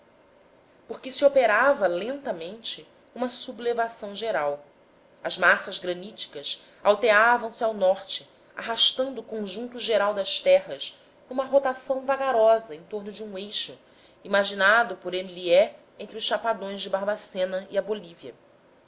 porque se operava lentamente uma sublevação geral as massas graníticas alteavam se ao norte arrastando o conjunto geral das terras numa rotação vagarosa em torno de um eixo imaginado por em liais entre os chapadões de barbacena e a bolívia